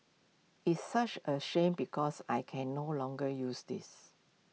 it's such A shame because I can no longer use this